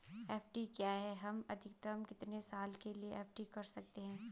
FD क्या है हम अधिकतम कितने साल के लिए एफ.डी कर सकते हैं?